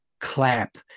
clap